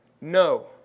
No